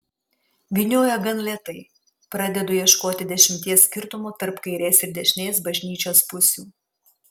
vynioja gan lėtai pradedu ieškoti dešimties skirtumų tarp kairės ir dešinės bažnyčios pusių